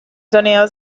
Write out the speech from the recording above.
sonido